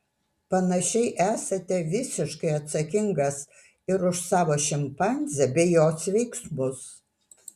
panašiai esate visiškai atsakingas ir už savo šimpanzę bei jos veiksmus